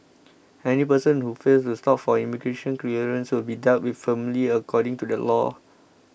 any person who fails to stop for immigration clearance will be dealt with firmly according to the law